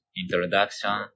introduction